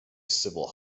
civil